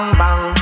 bang